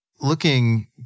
Looking